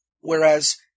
Whereas